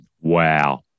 Wow